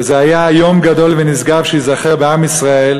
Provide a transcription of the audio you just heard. וזה היה יום גדול ונשגב שייזכר בעם ישראל